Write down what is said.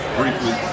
briefly